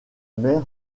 mer